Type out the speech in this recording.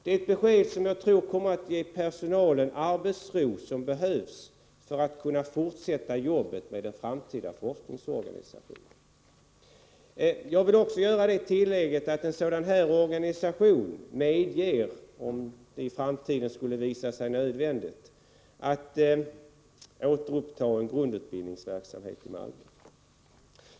Det är ett besked som jag tror kommer att ge personalen den arbetsro som behövs för att man skall kunna fortsätta arbetet med den framtida forskningsorganisationen. Jag vill också göra det tillägget att en sådan här organisation medger — om det i framtiden skulle visa sig nödvändigt — att man återupptar en grundutbildningsverksamhet i Malmö.